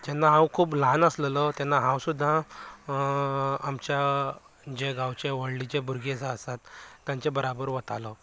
जेन्ना हांव खूब ल्हान आसलेलो तेन्ना हांव सुद्दां आमच्या गांवच्या व्हडले जे भुरगे जे आसात तेंच्या बरोबर वतालो